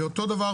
ואותו דבר,